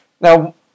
Now